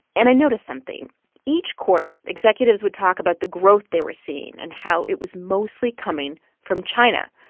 and i noticed something each quarter, executives would talk about the growth they were seeing and how it was mostly coming from china.